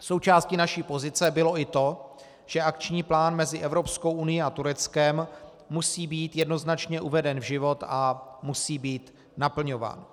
Součástí naší pozice bylo i to, že akční plán mezi Evropskou unií a Tureckem musí být jednoznačně uveden v život a musí být naplňován.